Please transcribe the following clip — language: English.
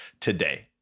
today